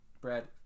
Brad